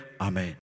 amen